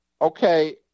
Okay